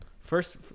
first